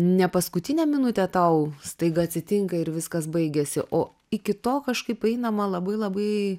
ne paskutinę minutę tau staiga atsitinka ir viskas baigėsi o iki tol kažkaip einama labai labai